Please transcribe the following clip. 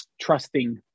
trusting